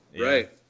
Right